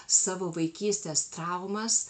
savo vaikystės traumas